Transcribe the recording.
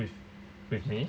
with with me